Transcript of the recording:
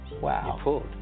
Wow